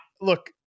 look